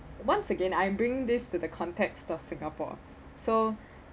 once again I bring this to the context of singapore so